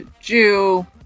Jew